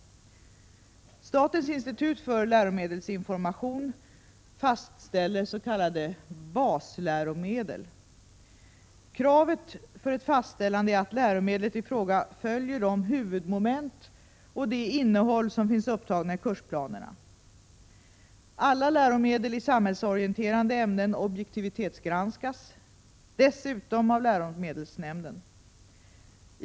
Statens institut för läromedelsinformation fastställer s.k. basläromedel. Kravet för ett fastställande är att läromedlet i fråga följer de huvudmoment och det innehåll som finns upptagna i kursplanerna. Alla läromedel i samhällsorienterande ämnen objektivitetsgranskas dessutom av läromedelsnämnden.